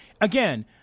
Again